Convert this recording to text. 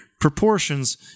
proportions